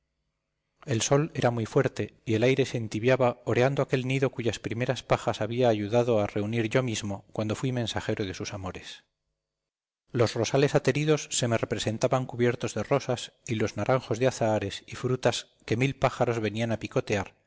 el sol era muy fuerte y el aire se entibiaba oreando aquel nido cuyas primeras pajas había ayudado a reunir yo mismo cuando fui mensajero de sus amores los rosales ateridos se me representaban cubiertos de rosas y los naranjos de azahares y frutas que mil pájaros venían a picotear